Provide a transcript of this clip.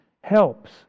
Helps